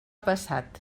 passat